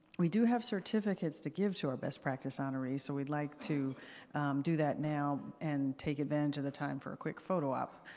we do have certificates to give to our best practice honorees, so we'd like to do that now and take advantage of the time for a quick photo up.